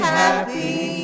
happy